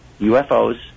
UFOs